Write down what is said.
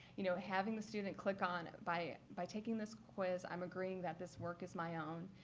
you know, having the student click on by by taking this quiz, i'm agreeing that this work is my own,